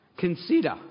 Consider